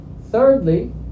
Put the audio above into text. thirdly